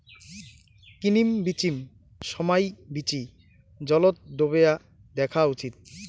কিনিম বিচিম সমাই বীচি জলত ডোবেয়া দ্যাখ্যা উচিত